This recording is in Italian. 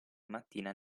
mattina